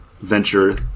venture